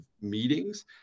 meetings